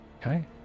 Okay